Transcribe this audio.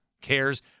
cares